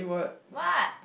what